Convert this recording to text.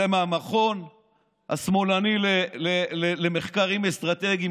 זה מהמכון השמאלני למחקרים אסטרטגיים,